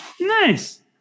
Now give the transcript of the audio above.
Nice